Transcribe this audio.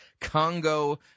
Congo